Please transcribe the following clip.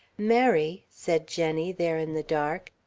mary! said jenny, there in the dark.